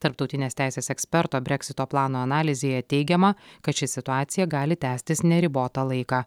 tarptautinės teisės eksperto breksito plano analizėje teigiama kad ši situacija gali tęstis neribotą laiką